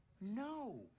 No